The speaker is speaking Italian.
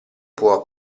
può